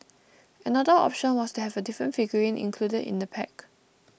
another option was to have a different figurine included in the pack